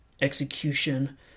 execution